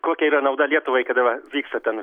kokia yra nauda lietuvai kada va vyksta ten